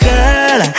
Girl